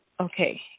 okay